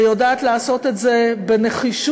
ויודעת לעשות את זה בנחישות,